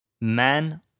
Man